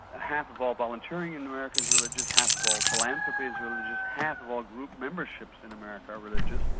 half of all volunteering in america is religious, half of all philanthropy is religious, half of all group memberships in america are religious,